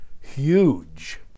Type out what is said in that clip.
huge